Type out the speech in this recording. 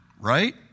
right